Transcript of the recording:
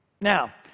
Now